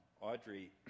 Audrey